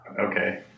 Okay